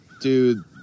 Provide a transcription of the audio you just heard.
dude